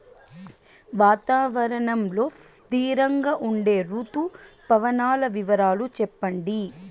వాతావరణం లో స్థిరంగా ఉండే రుతు పవనాల వివరాలు చెప్పండి?